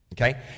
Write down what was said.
okay